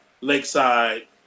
Lakeside